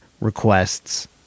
requests